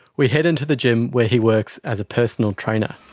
we head into the gym where he works as a personal trainer.